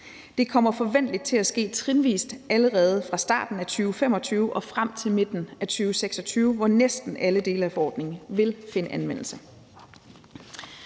Det kommer forventeligt til at ske trinvis allerede fra starten af 2025 og frem til midten af 2026, hvor næsten alle dele af ordningen vil finde anvendelse.